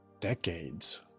decades